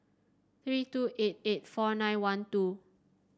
three two eight eight four nine one two